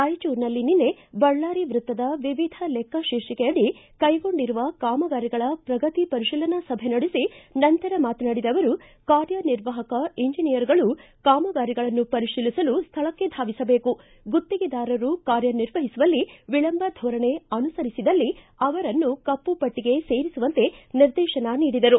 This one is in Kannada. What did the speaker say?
ರಾಯಚೂರಿನಲ್ಲಿ ನಿನ್ನ ಬಳ್ಳಾರಿ ವೃತ್ತದ ವಿವಿಧ ಲೆಕ್ಕ ಶೀರ್ಷಿಕೆಯಡಿ ಕೈಗೊಂಡಿರುವ ಕಾಮಗಾರಿಗಳ ಪ್ರಗತಿ ಪರಿಶೀಲನಾ ಸಭೆ ನಡೆಸಿ ನಂತರ ಮಾತನಾಡಿದ ಅವರು ಕಾರ್ಯನಿರ್ವಾಹಕ ಇಂಜಿನೀಯರ್ಗಳು ಕಾಮಗಾರಿಗಳನ್ನು ಪರಿಶೀಲಿಸಲು ಸ್ವಳಕ್ಕೆ ಧಾವಿಸಬೇಕು ಗುತ್ತಿಗೆದಾರರು ಕಾರ್ಯ ನಿರ್ವಹಿಸುವಲ್ಲಿ ವಿಳಂಬ ಧೋರಣೆ ಅನುಸರಿಸಿದಲ್ಲಿ ಅವರನ್ನು ಕಪ್ಪು ಪಟ್ಟಿಗೆ ಸೇರಿಸುವಂತೆ ನಿರ್ದೇಶನ ನೀಡಿದರು